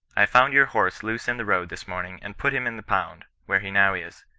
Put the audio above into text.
i found your horse loose in the road this morning, and put him in the pound, where he now is.